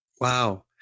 Wow